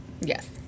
Yes